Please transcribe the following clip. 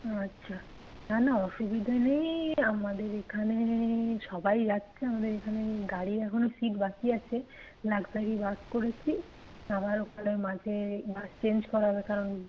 আচ্ছা না না অসুবিধা নেই আমাদের এখানে সবাই যাচ্ছে আমাদের এখানে গাড়ি এখনও সিট বাকি আছে লাক্সারি বাস করেছি আবার ওখানে মাঝে বাস চেঞ্জ করা হবে কারণ